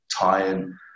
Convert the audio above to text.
tie-in